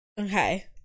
Okay